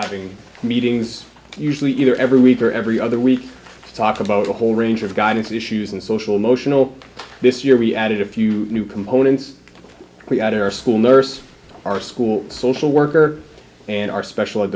having meetings usually either every week or every other week to talk about a whole range of guidance issues and social motional this year we added a few new components we got our school nurse our school social worker and our special